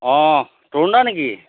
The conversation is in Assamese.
অঁ তৰুণদা নেকি